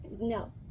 No